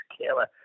killer